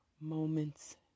moments